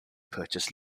purchased